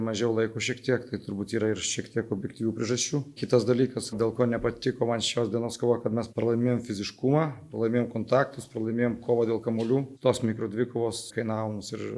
mažiau laiko šiek tiek tai turbūt yra ir šiek tiek objektyvių priežasčių kitas dalykas dėl ko nepatiko man šios dienos kova kad mes pralaimėjom fiziškumą pralaimėjom kontaktus pralaimėjom kovą dėl kamuolių tos mikrodvikovos kainavo mums ir